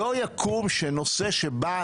לא יקום שנושא שבא